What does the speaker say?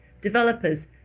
developers